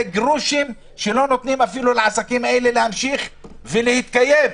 זה גרושים שלא נותנים לעסקים האלה אפילו להמשיך ולהתקיים.